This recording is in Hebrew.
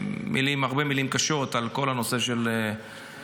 הרבה מילים קשות על כל הנושא של לכידות